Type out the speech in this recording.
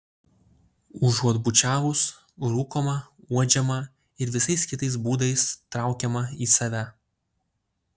užuot bučiavus rūkoma uodžiama ir visais kitais būdais traukiama į save